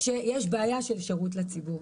שיש בעיה של שירות לציבור.